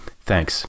Thanks